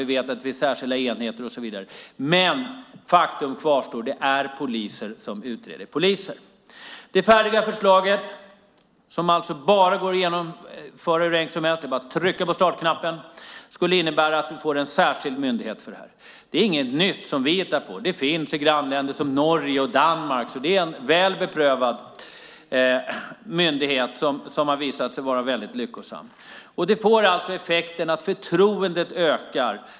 Vi vet att det är särskilda enheter. Men faktum kvarstår: Det är poliser som utreder poliser. Det färdiga förslaget finns. Det är bara för regeringen att trycka på startknappen. Det skulle innebära att vi får en särskild myndighet för detta. Det här är inget nytt som vi hittat på. Det finns i våra grannländer Norge och Danmark, så det är en väl beprövad myndighetsstruktur som visat sig vara väldigt lyckosam. Det får till effekt att förtroendet ökar.